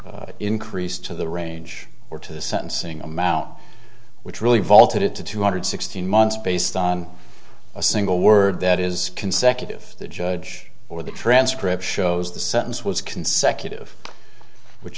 increase to the range or to the sentencing amount which really vaulted it to two hundred sixteen months based on a single word that is consecutive the judge or the transcript shows the sentence was consecutive which